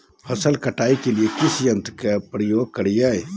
फसल कटाई के लिए किस यंत्र का प्रयोग करिये?